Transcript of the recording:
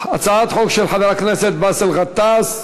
הצעת חוק של חבר הכנסת באסל גטאס.